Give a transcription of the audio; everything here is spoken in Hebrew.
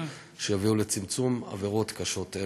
שיביאו לצמצום מספר עבירות קשות אלו.